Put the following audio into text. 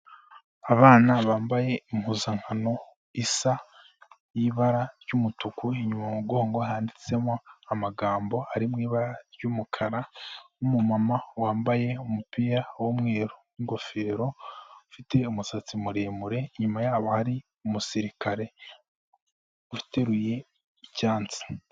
Abana bambaye impuzankano isa y'ibara ry'umutuku, inyuma mu mugongo handitsemo amagambo ari mu ibara ry'umukara, n'umumama wambaye umupira w'umweru n'ingofero ufite umusatsi muremure, inyuma yabo hari umusirikare uteruye icyansi.